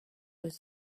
his